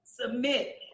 Submit